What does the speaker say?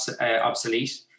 obsolete